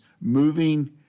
moving